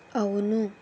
అవును